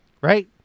Right